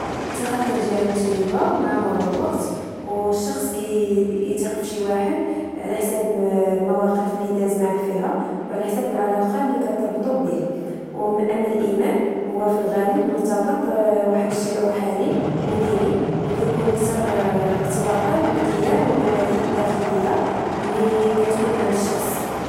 ثقة كنجي عند التجربة، و مع مرور الوقت، و الشخص كي يتيق في شي واحد على حساب المواقف اللي داز معاه فيها وعلى حساب العلاقة اللي كتربطو بيه. و أما الإيمان هو في الغالب مرتبط واحد الشيء روحاني و ديني، و كيكون أكثر ارتباطا بالقيام والمبادئ الداخلية لي كتكون عند الشخص.